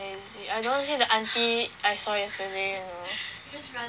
I don't want see the auntie I saw yesterday you know